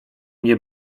nie